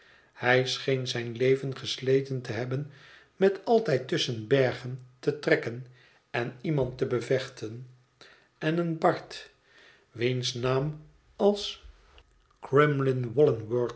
hij scheen zijn leven gesleten te hebben met altijd tusschen bergen te trekken en iemand te bevechten en een bard wiens naam als